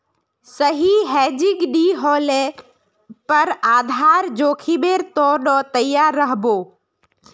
सही हेजिंग नी ह ल पर आधार जोखीमेर त न तैयार रह बो